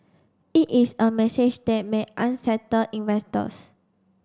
it is a message that may unsettle investors